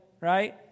right